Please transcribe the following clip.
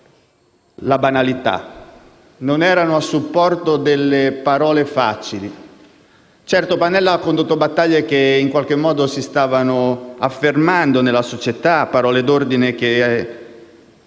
la banalità e non erano a supporto delle parole facili. Certo, Pannella ha condotto battaglie che in qualche modo si stavano affermando nella società e usato parole d'ordine che